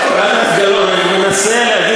חברת הכנסת גלאון,